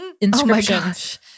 inscriptions